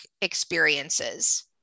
experiences